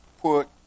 put